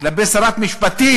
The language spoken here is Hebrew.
כלפי שרת משפטים,